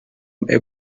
apple